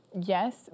Yes